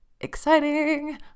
Exciting